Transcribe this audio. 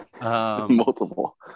Multiple